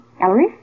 Ellery